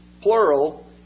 plural